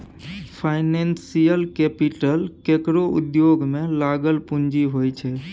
financial capital केकरो उद्योग में लागल पूँजी होइ छै